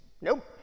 nope